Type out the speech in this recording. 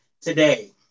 today